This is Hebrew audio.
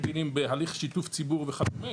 רגילים בהליך שיתוף ציבור וכדומה,